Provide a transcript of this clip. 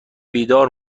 بیدار